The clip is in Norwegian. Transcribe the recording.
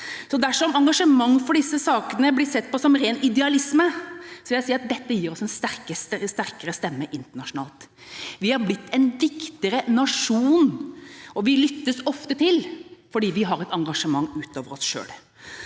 Dersom engasjement for disse sakene blir sett på som ren idealisme, vil jeg si at dette gir oss en sterkere stemme internasjonalt. Vi har blitt en viktigere nasjon, og vi lyttes ofte til fordi vi har et engasjement ut over oss selv.